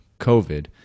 covid